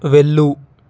వెళ్ళు